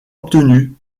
obtenu